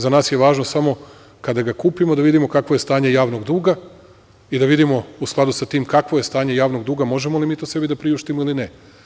Za nas je važno samo kada ga kupimo da vidimo kakvo je stanje javnog duga i da vidimo u skladu sa tim, kakvo je stanje javnog duga, možemo li mi to sebi da priuštimo ili ne.